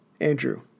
Andrew